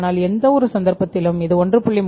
ஆனால் எந்தவொரு சந்தர்ப்பத்திலும் இது 1